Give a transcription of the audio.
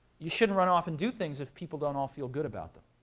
you shouldn't run off and do things if people don't all feel good about them.